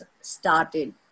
started